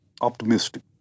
optimistic